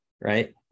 right